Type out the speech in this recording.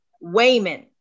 Wayman